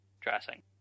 dressing